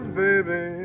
baby